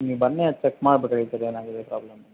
ಇಲ್ಲಿಗೆ ಬನ್ನಿ ಅದು ಚೆಕ್ ಮಾಡ್ಬಿಟ್ಟು ಹೇಳ್ತಿವಿ ಏನಾಗಿದೆ ಪ್ರಾಬ್ಲಮ್